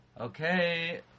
Okay